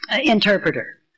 interpreter